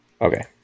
okay